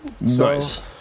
Nice